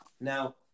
Now